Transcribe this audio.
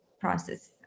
process